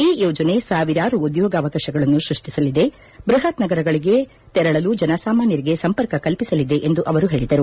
ಈ ಯೋಜನೆ ಸಾವಿರಾರು ಉದ್ಯೋಗಾವಕಾಶಗಳನ್ನು ಸೃಷ್ಷಿಸಲಿದೆ ಬೃಹತ್ ನಗರಗಳಿಗೆ ಜನಸಾಮಾನ್ವರಿಗೆ ಸಂಪರ್ಕ ಕಲ್ಪಿಸಲಿದೆ ಎಂದು ಅವರು ಹೇಳಿದರು